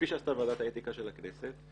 כפי שעשתה ועדת האתיקה של הכנסת,